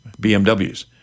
BMWs